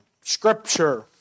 scripture